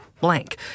blank